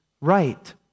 right